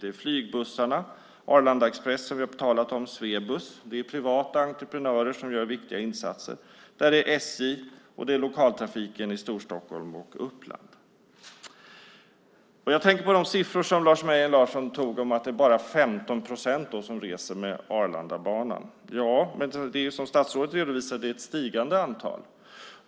Det är Flygbussarna, Arlanda Express - som vi har talat om - Swebus och andra privata entreprenörer som gör viktiga insatser. Det är också SJ och lokaltrafiken i Storstockholm och Uppland. Jag tänker på de siffror som Lars Mejern Larsson tog upp. Han säger att det bara är 15 procent som reser med Arlandabanan. Men som statsrådet redovisade är det ett stigande antal.